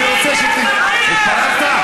אני רוצה, התפרקת.